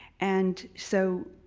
and so,